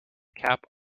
cap